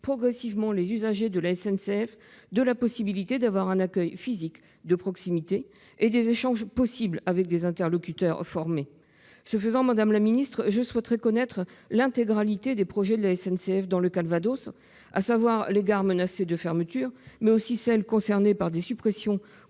progressivement les usagers de la SNCF de la possibilité d'avoir un accueil physique de proximité, et de pouvoir échanger avec des interlocuteurs formés. Ce faisant, je souhaiterais connaître l'intégralité des projets de la SNCF dans le Calvados, à savoir les gares menacées de fermeture, mais aussi celles qui sont concernées par des suppressions